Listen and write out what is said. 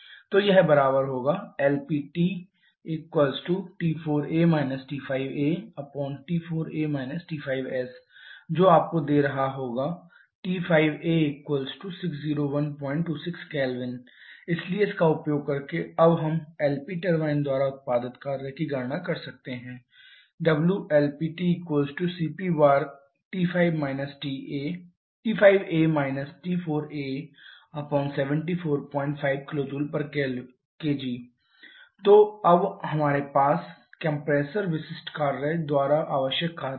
तो यह बराबर है 𝜂LPtT4a T5aT4a T5s जो आपको दे रहा होगा T5a60126 K इसलिए इसका उपयोग करके अब हम LP टरबाइन द्वारा उत्पादित कार्य की गणना कर सकते हैं wLPtcpT5a T4a 745 kJkg तो अब हमारे पास कंप्रेसर विशिष्ट कार्य द्वारा आवश्यक कार्य है